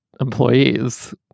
employees